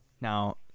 Now